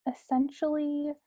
essentially